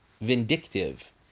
vindictive